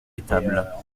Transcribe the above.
étables